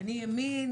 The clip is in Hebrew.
אני ימין,